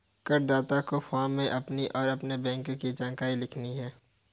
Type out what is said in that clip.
करदाता को फॉर्म में अपनी और अपने बैंक की जानकारी लिखनी है